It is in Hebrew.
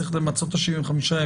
צריך למצות את 75 הימים.